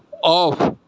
off